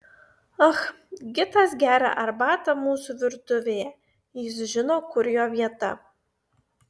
ah gitas geria arbatą mūsų virtuvėje jis žino kur jo vieta